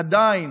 עדיין